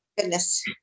goodness